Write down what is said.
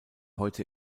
heute